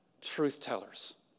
truth-tellers